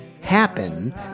happen